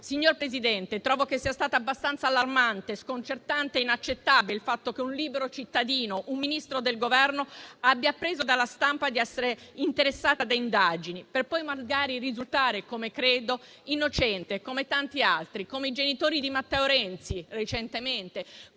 Signor Presidente, trovo che sia stato abbastanza allarmante, sconcertante ed inaccettabile il fatto che un libero cittadino, un Ministro del Governo, abbia appreso dalla stampa di essere interessata da indagini, per poi magari risultare, come credo, innocente, come tanti altri: come i genitori di Matteo Renzi recentemente,